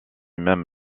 même